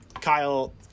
Kyle